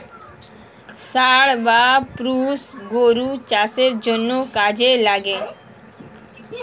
ষাঁড় বা পুরুষ গরু চাষের জন্যে কাজে লাগে